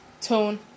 tone